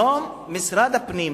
היום משרד הפנים,